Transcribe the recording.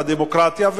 הדמוקרטיה,